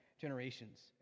generations